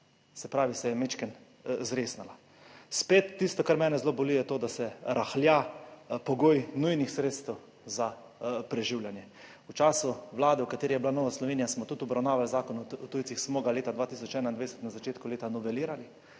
Se pravi, se je majčkeno zresnila. Spet tisto, kar mene zelo boli je to, da se rahlja pogoj nujnih sredstev za preživljanje. V času Vlade, v kateri je bila Nova Slovenija, smo tudi obravnavali Zakon o tujcih. Smo ga leta 2021 na začetku leta novelirali